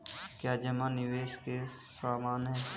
क्या जमा निवेश के समान है?